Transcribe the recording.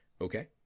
Okay